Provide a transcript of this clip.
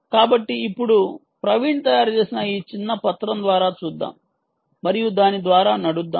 కాబట్టి ఇప్పుడు ప్రవీణ్ తయారుచేసిన ఈ చిన్న పత్రం ద్వారా చూద్దాం మరియు దాని ద్వారా నడుద్దాం